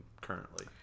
currently